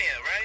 right